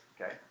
Okay